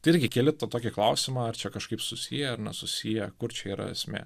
tai irgi keli to tokį klausimą ar čia kažkaip susiję ar nesusiję kur čia yra esmė